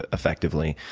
ah effectively,